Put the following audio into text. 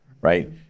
right